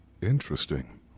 Interesting